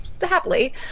Happily